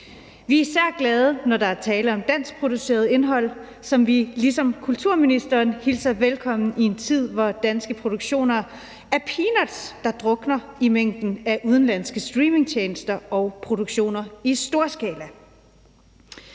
Vi er især glade, når der er tale om danskproduceret indhold, som vi ligesom kulturministeren hilser velkommen i en tid, hvor danske produktioner er peanuts, der drukner i mængden af udenlandske streamingtjenester og produktioner i storskala.